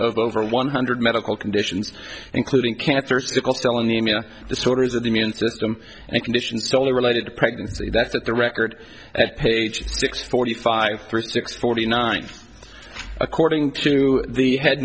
over one hundred medical conditions including cancer sickle cell anemia disorders of the immune system and a condition solely related to pregnancy that's at the record at page six forty five three six forty nine according to the head